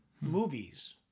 Movies